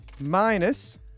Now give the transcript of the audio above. Minus